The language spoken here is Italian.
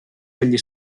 degli